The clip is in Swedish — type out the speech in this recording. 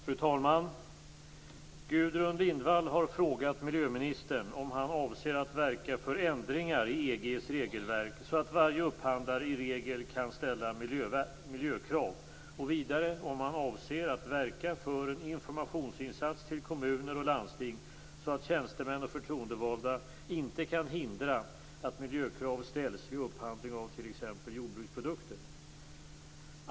Fru talman! Gudrun Lindvall har frågat miljöministern om han avser att verka för ändringar i EG:s regelverk så att varje upphandlare i regel kan ställa miljökrav och vidare om han avser att verka för en informationsinsats till kommuner och landsting så att tjänstemän och förtroendevalda inte kan hindra att miljökrav ställs vid upphandling av t.ex. jordbruksprodukter.